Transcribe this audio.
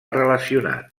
relacionat